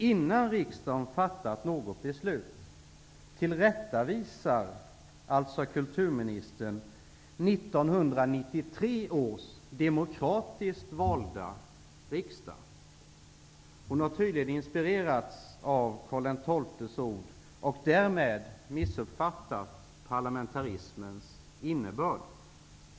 Innan riksdagen fattat något beslut tillrättavisar alltså kulturministern 1993 års demokratiskt valda riksdag. Hon har tydligen inspirerats av Karl XI:s ord och därmed missuppfattat parlamentarismens innebörd.